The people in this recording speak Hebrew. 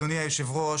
אדוני היושב-ראש,